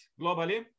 globally